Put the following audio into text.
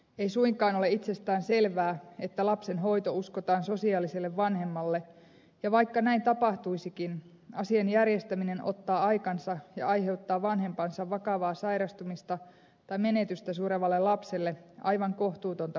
ei suinkaan ole itsestäänselvää että lapsen hoito uskotaan sosiaaliselle vanhemmalle ja vaikka näin tapahtuisikin asian järjestäminen ottaa aikansa ja aiheuttaa vanhempansa vakavaa sairastumista tai menetystä surevalle lapselle aivan kohtuutonta psyykkistä kuormitusta